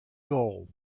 goal